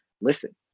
listen